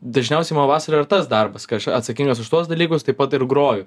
dažniausiai man vasarą yra tas darbas kai aš atsakingas už tuos dalykus taip pat ir groju